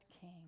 king